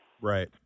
Right